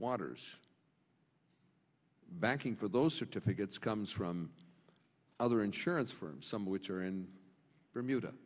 waters banking for those certificates comes from other insurance firms some of which are in bermuda